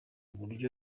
buryo